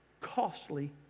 costly